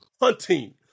hunting